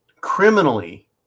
Criminally